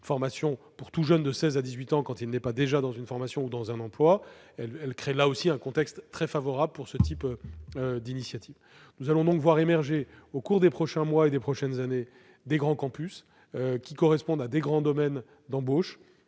formations pour tout jeune de 16 ans à 18 ans quand celui-ci n'est pas déjà dans une formation ou dans un emploi. Elle crée donc aussi un contexte très favorable pour ce type d'initiative. Nous allons donc voir émerger, au cours des prochains mois et des prochaines années, de grands campus, qui correspondent aux grands domaines d'embauche.